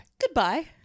goodbye